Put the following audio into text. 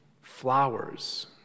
flowers